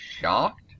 shocked